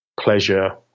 pleasure